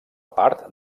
part